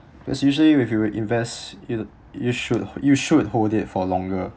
cause usually if you were invest you you should you should hold it for longer